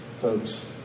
folks